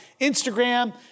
Instagram